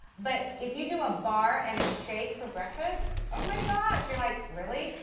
but if you do a bar and a shake for breakfast, oh, my gosh, you're like, really?